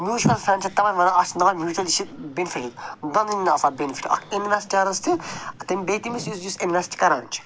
mutual fund چھِ تَوَے ونان اَسہِ میوٗچؤلی یہِ چھِ بیٚنِفِشل دۄنؤنیَن آسان بیٚنِفِٹ اکھ اِنوٮ۪سٹَرَس تہِ بیٚیہِ تٔمِس یُس یُس اِنوٮ۪سٹ کران چھِ